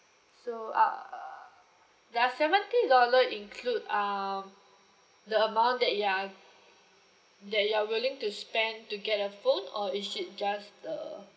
so err that seventy dollar include um the amount that you are that you are willing to spend to get the phone or is it just the